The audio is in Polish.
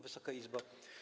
Wysoka Izbo!